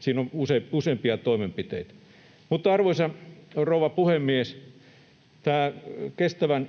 Siinä on useampia toimenpiteitä. Arvoisa rouva puhemies! Tämä kestävän